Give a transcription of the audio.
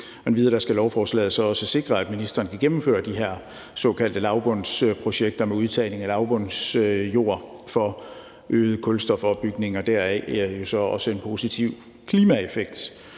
skal lovforslaget så også sikre, at ministeren kan gennemføre de her såkaldte lavbundsprojekter med udtagning af lavbundsjorder for øget kulstofopbygning, og deraf kommer der jo så også en positiv klimaeffekt.